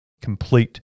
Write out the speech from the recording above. complete